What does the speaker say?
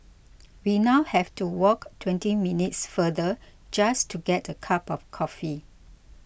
we now have to walk twenty minutes farther just to get a cup of coffee